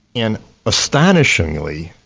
and astonishingly,